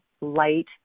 light